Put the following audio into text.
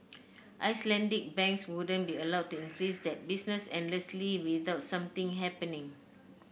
Icelandic banks wouldn't be allowed to increase that business endlessly without something happening